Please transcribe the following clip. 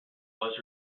was